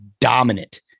dominant